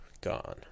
gone